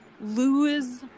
lose